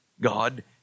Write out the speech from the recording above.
god